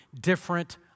different